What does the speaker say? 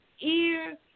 Ear